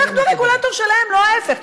אנחנו הרגולטור שלהם ולא ההפך.